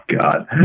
god